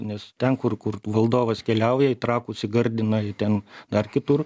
nes ten kur kur valdovas keliauja į trakus į gardiną į ten dar kitur